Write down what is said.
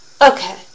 Okay